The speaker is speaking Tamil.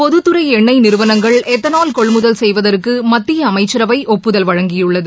பொதுத்துறைஎண்ணெய் நிறுவனங்கள் எத்தனால் கொள்முதல் செய்வதற்குமத்தியஅமைச்சரவைடுப்புதல் வழங்கியுள்ளது